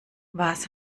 was